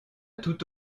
tout